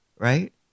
right